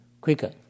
quicker